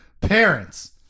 Parents